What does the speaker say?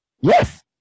Yes